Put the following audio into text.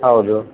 ಹೌದು